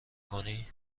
کنی